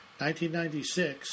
1996